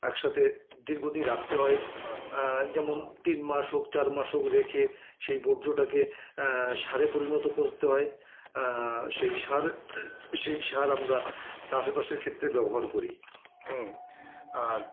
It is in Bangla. এক সাথে দীর্ঘদিন রাখতে হয় যেমন তিন মাস হোক চার মাস হোক রেখে সেই বর্জ্যটাকে সারে পরিণত করতে হয় সেই সার সেই সার আমরা চাষবাসের ক্ষেত্রে ব্যবহার করি আর